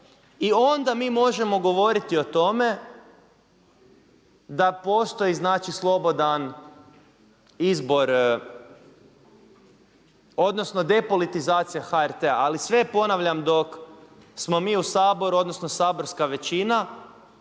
i onda mi možemo govoriti o tome da postoji znači slobodan izbor odnosno depolitizacija HRT-a. Ali sve ponavljam dok smo mi u Saboru, odnosno saborska većina